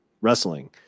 wrestling